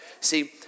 See